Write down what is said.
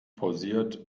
pausiert